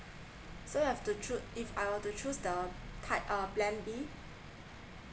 so I've to if I were to choose the type um plan B